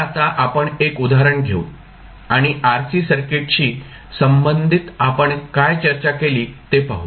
तर आता आपण एक उदाहरण घेऊ आणि RC सर्किटशी संबंधित आपण काय चर्चा केली ते पाहू